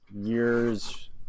year's